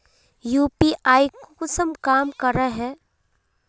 UPI कुंसम काम करे है?